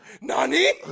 Nani